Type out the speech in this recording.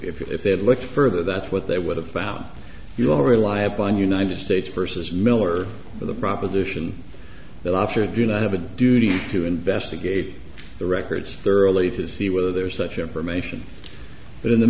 if they had looked further that's what they would have found you all rely upon united states versus miller for the proposition that offered do not have a duty to investigate the records thoroughly to see whether such information but in the